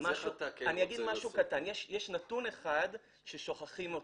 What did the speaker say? יש נתון אחד ששוכחים אותו.